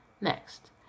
Next